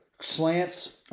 slants